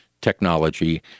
technology